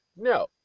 No